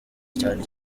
cyane